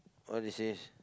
what this is